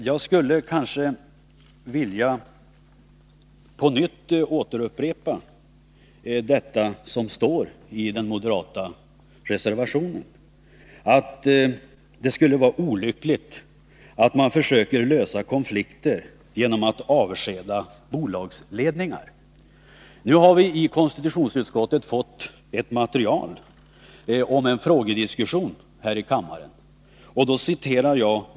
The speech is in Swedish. Jag skulle på nytt vilja upprepa det som står i den moderata reservationen, att det skulle vara olyckligt att försöka lösa konflikter genom att avskeda bolagsledningar. Nu har vi i konstitutionsutskottet fått ett material om en frågediskussion här i kammaren.